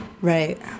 right